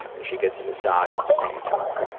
and she gets a massage at the same time.